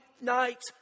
night